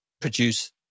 produce